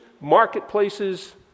marketplaces